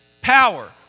power